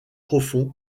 profond